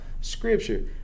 Scripture